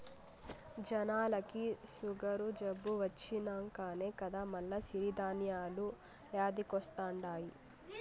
జనాలకి సుగరు జబ్బు వచ్చినంకనే కదా మల్ల సిరి ధాన్యాలు యాదికొస్తండాయి